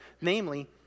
Namely